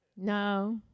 No